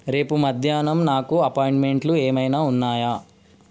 రేపు మధ్యానం నాకు అపాయింట్మెంట్లు ఏమైనా ఉన్నాయా